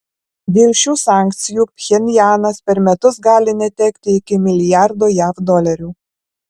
dėl šių sankcijų pchenjanas per metus gali netekti iki milijardo jav dolerių